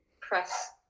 press